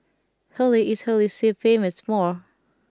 Holy is Holy See famous for